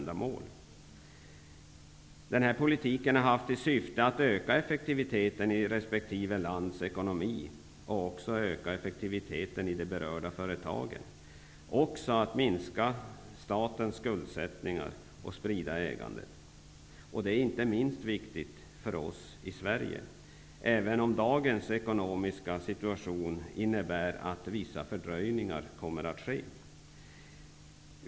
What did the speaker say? Denna politik har haft till syfte att öka effektiviteten i resp. lands ekonomi och i de berörda företagen, att minska statens skulder och sprida ägandet. Det här är något som är inte minst viktigt för oss i Sverige, även om dagens ekonomiska situation innebär att vissa fördröjningar kommer att ske.